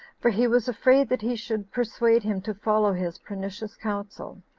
for he was afraid that he should persuade him to follow his pernicious counsel,